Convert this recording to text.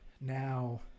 Now